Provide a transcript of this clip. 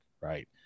Right